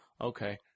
Okay